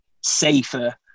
safer